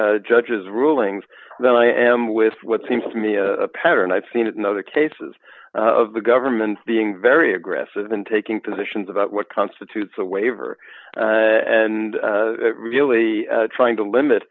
the judge's rulings than i am with what seems to me a pattern i've seen it in other cases of the government being very aggressive than taking positions about what constitutes a waiver and really trying to limit